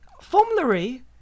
formulary